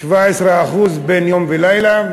17% בין יום ולילה,